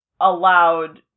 allowed